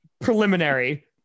preliminary